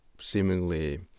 seemingly